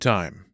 Time